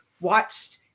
watched